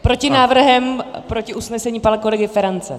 Protinávrhem proti usnesení pana kolegy Ferance.